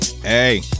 Hey